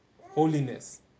holiness